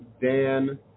Dan